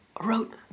wrote